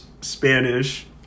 Spanish